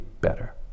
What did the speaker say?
better